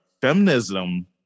feminism